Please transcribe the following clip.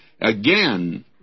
again